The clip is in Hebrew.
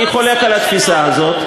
אני חולק על התפיסה הזאת,